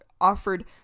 offered